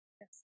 Yes